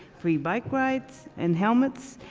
free bike rides and helmets,